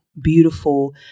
Beautiful